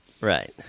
right